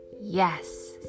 Yes